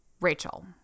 Rachel